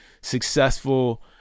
successful